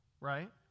right